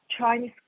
Chinese